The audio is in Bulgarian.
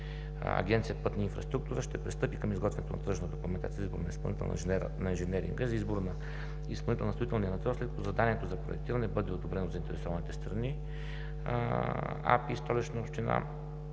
Агенция „Пътна инфраструктура“ ще пристъпи към изготвянето на тръжна документация, на инженеринга за избор на изпълнител на строителния надзор, след като заданието за проектиране бъде одобрено от заинтересованите страни, АПИ и Столична община